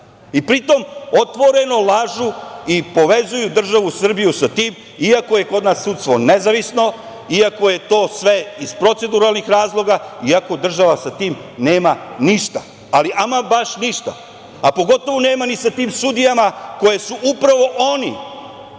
Pritom, otvoreno lažu i povezuju državu Srbiju sa tim, iako je kod nas sudstvo nezavisno, iako je to sve iz proceduralnih razloga, iako država sa tim nema ništa, ali ama baš ništa. A pogotovo nema ni sa tim sudijama, koje su upravo oni